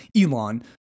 Elon